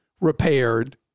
repaired